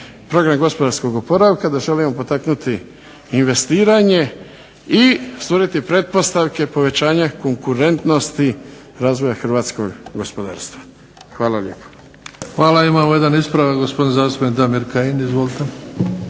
Program gospodarskog oporavka, da želimo potaknuti investiranje i stvoriti pretpostavke povećanja konkurentnosti razvoja hrvatskog gospodarstva. Hvala lijepo. **Bebić, Luka (HDZ)** Hvala. Imamo jedan ispravak. Gospodin zastupnik Damir Kajin, izvolite.